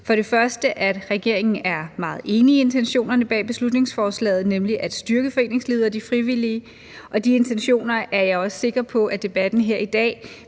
For det første er regeringen meget enig i intentionerne bag beslutningsforslaget, nemlig at styrke foreningslivet og de frivillige, og de intentioner er jeg også sikker på at debatten her i dag